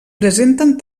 presenten